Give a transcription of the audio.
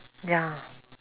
ya